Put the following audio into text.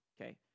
okay